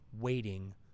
waiting